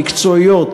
המקצועיות,